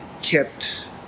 Kept